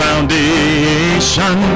foundation